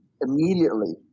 immediately